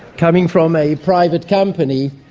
coming from a private company,